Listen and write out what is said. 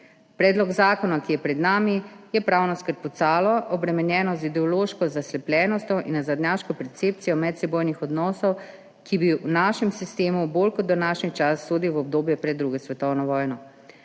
Predlog zakona, ki je pred nami, je pravno skrpucalo, obremenjeno z ideološko zaslepljenostjo in nazadnjaško percepcijo medsebojnih odnosov, ki bi v našem sistemu bolj kot v današnji čas sodilo v obdobje pred drugo svetovno vojno.